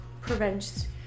prevents